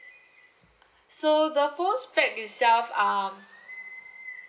so the phone spec itself (uh